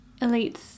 Elites